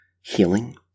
healing